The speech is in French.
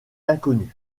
inconnue